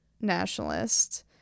nationalist